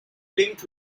linked